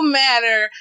matter